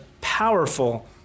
powerful